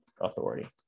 authority